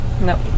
Nope